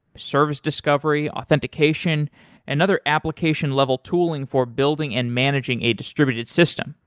service discovery, authentication and other application level tooling for building and managing a distributed system.